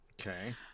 Okay